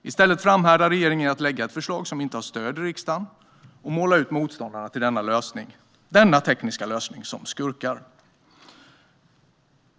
I stället framhärdar regeringen i att lägga fram ett förslag som inte har stöd i riksdagen och måla ut motståndarna till denna tekniska lösning som skurkar.